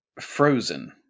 Frozen